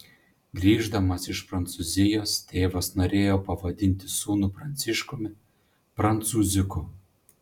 grįždamas iš prancūzijos tėvas norėjo pavadinti sūnų pranciškumi prancūziuku